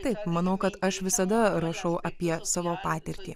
taip manau kad aš visada rašau apie savo patirtį